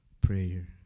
Prayer